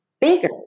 bigger